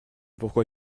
pourquoi